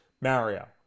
Mario